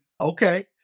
okay